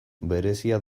berezia